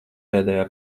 pēdējā